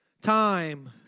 Time